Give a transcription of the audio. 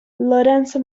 lorenzo